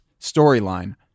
storyline